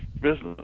business